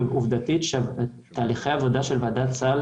ועובדתית תהליכי העבודה של ועדת הסל